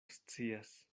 scias